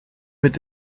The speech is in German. mit